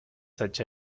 such